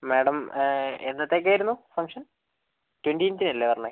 madam എന്നത്തേക്ക് ആയിരുന്നു function twentieth അല്ലേ പറഞ്ഞത്